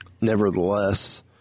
Nevertheless